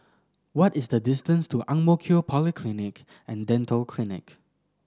what is the distance to Ang Mo Kio Polyclinic and Dental Clinic